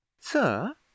Sir